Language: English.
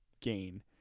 gain